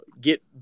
get